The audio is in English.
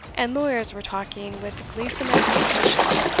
and lawyers were talking with gleesome anticipation,